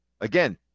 again